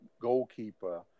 goalkeeper